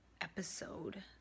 episode